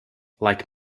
like